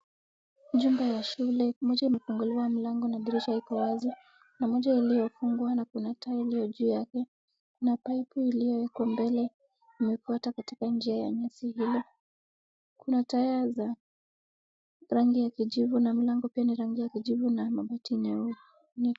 Nyumba ya shule mlango na dirisha iko wazi kuna moja iliyofungwa na kuna taa iliyo juu yake na paipu iliyoko mbele imeekwa katikati ya nyasi. Kuna taya za rangi ya kijivu na mlango pia ni rangi ya kijivu na mabati nyekundu.